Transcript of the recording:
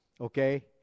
okay